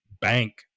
bank